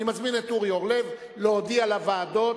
אני מזמין את אורי אורלב להודיע לוועדות,